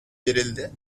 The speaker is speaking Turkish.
verildi